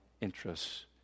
interests